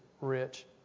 rich